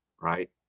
right